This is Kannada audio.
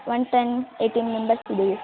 ಒಂದು ಟೆನ್ ಏಯ್ಟೀನ್ ಮೆಂಬರ್ಸ್ ಇದ್ದೀವಿ